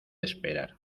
esperar